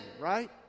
right